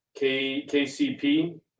KCP